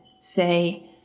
say